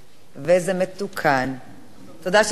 תודה ששמת לב, כי אני לא שמתי לב לכך.